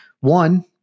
one